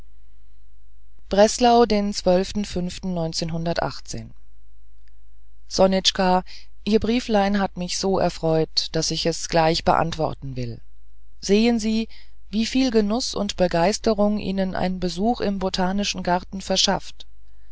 breslau den sonitschka ihr brieflein hat mich so erfreut daß ich es gleich beantworten will sehen sie wieviel genuß und begeisterung ihnen ein besuch im botanischen garten verschafft